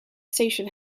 station